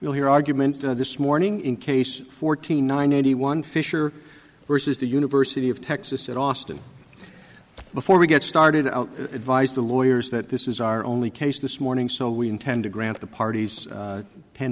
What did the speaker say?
you'll hear arguments this morning in case fourteen ninety one fisher versus the university of texas at austin before we get started advised the lawyers that this is our only case this morning so we intend to grant the parties